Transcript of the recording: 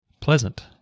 pleasant